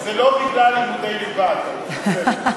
זה לא בגלל לימודי ליבה, זה בסדר.